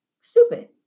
stupid